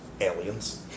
Aliens